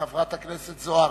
לחברת הכנסת זוארץ,